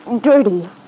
dirty